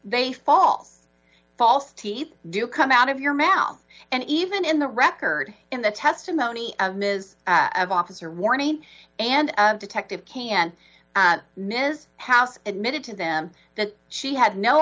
they false false teeth do come out of your mouth and even in the record in the testimony of ms of officer warning and detective can miss house admitted to them that she had no